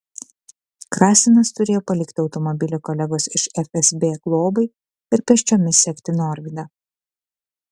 krasinas turėjo palikti automobilį kolegos iš fsb globai ir pėsčiomis sekti norvydą